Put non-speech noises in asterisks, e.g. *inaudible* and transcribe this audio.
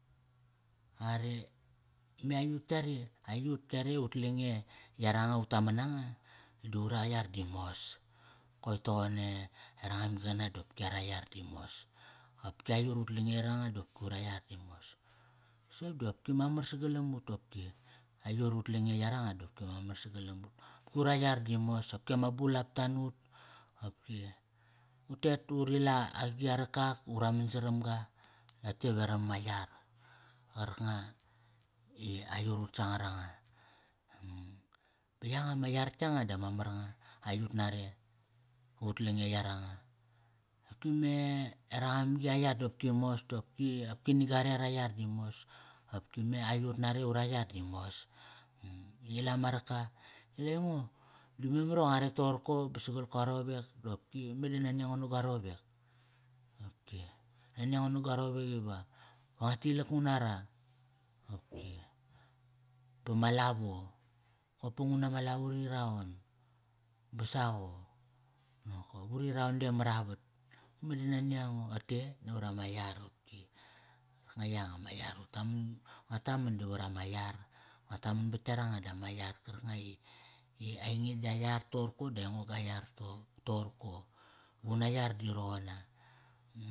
Are, me aiyut yare, aiyut yare ut lange yaranga ut taman nanga, di ura yar di mos. Koi toqon e, e rangamgi qana di ara yar di mos. Opki aiyut ut lange yaranga di ura yar di mos Soqop di mamar sagalam ut opki Aiyut ut lange yaranga dopki mamar sagalam ut. Opki ura yar di mos opki ama bulapta na ut, opki. Utet ta uri la agia raka ak, uraman saramga. Ote veram ama yar. Qarkanga i aiyut ut sangar anga *hesitation* Ba yanga ma yar yanga dama mar nga. Aiyut nare, ut lange yaranga. Opki me, e rangamg i a yar dopki mos, dopki, opki nagare ara yar di mos opki me aiyut nare ura yar di mos *hesitation* Ngi la ma raka, ngi la aingo, di memar iva ngua ret toqorko ba sagal ka rowek da qopki meda nania ngo na ga rowek, qopki. Nania ngo na ga rowek iva, va nga tilak ngu na ra, qopki. Ba ma lavo. Kop pa ngu nama lavo uri raon, ba saqo nokop uri raon de maravat Medi nania ngo, rote e, navar ama yar opki. Karkanga yanga ma yar utaman, ngua taman di varama yar. Ngua taman bat yaranga dama yar karkanga i, i ainge gia yar toqorko da aingo gua yar to, toqorko Una yar di roqona. *hesitation*